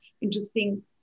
interesting